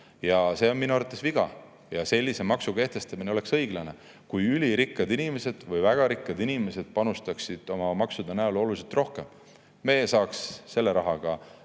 See on minu arvates viga. Sellise maksu kehtestamine oleks õiglane, kui ülirikkad või väga rikkad inimesed panustaksid siis maksudega oluliselt rohkem. Me saaks selle rahaga